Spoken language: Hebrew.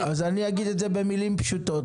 אני אגיד את זה במילים פשוטות.